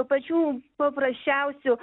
pačių paprasčiausių